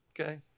Okay